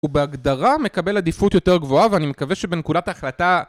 הוא בהגדרה מקבל עדיפות יותר גבוהה ואני מקווה שבנקודת ההחלטה